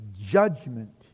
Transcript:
judgment